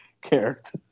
character